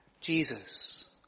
Jesus